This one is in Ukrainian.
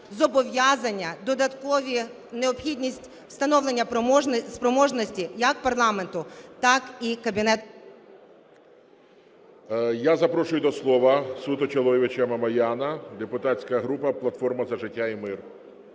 зобов'язання, додаткові… необхідність встановлення спроможності як парламенту, так і… ГОЛОВУЮЧИЙ. Я запрошую до слова Суто Чолоєвича Мамояна, депутатська група "Платформа за життя і мир".